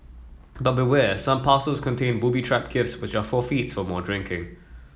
but beware some parcels contain booby trap gifts which are forfeits for more drinking